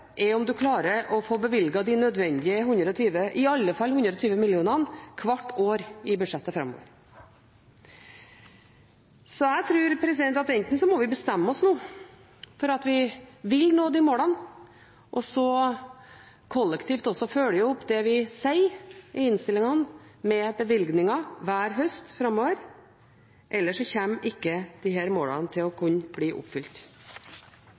er om man klarer å få bevilget de nødvendige 120 mill. kr – i alle fall 120 mill. kr – hvert år i budsjettet framover. Jeg tror at enten må vi nå bestemme oss for at vi vil nå de målene og kollektivt følge opp det vi sier i innstillingene, med bevilgninger hver høst framover, ellers kommer ikke disse målene til å kunne bli oppfylt.